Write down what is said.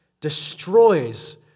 destroys